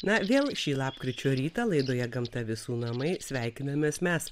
na vėl šį lapkričio rytą laidoje gamta visų namai sveikinamės mes